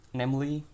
namely